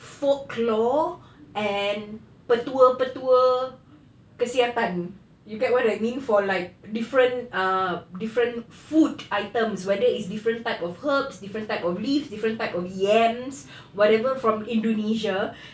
folklore and petua-petua kesihatan you get what I mean for like different ah different food items whether it's different types of herbs different types of leaves different types of yams whatever from indonesia